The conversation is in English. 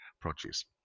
produce